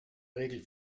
regel